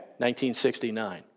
1969